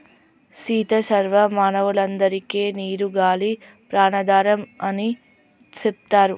సీత సర్వ మానవులందరికే నీరు గాలి ప్రాణాధారం అని సెప్తారు